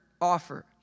offer